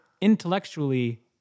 intellectually